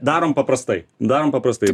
darom paprastai darom paprastai